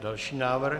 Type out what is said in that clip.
Další návrh.